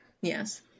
Yes